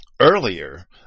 earlier